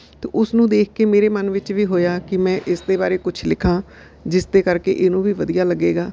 ਅਤੇ ਉਸ ਨੂੰ ਦੇਖ ਕੇ ਮੇਰੇ ਮਨ ਵਿੱਚ ਵੀ ਹੋਇਆ ਕਿ ਮੈਂ ਇਸ ਦੇ ਬਾਰੇ ਕੁਛ ਲਿਖਾਂ ਜਿਸ ਦੇ ਕਰਕੇ ਇਹਨੂੰ ਵੀ ਵਧੀਆ ਲੱਗੇਗਾ